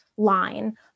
Line